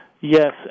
Yes